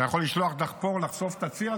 אתה יכול לשלוח דחפור לחשוף את הציר,